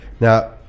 Now